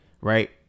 right